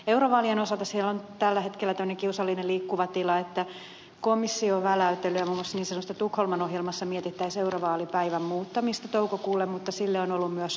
eurovaalien osalta siellä on tällä hetkellä tämmöinen kiusallinen liikkuva tila että komissio on väläytellyt ja muun muassa niin sanotussa tukholman ohjelmassa mietitään eurovaalipäivän muuttamista toukokuulle mutta sille on ollut myös vastustusta